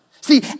See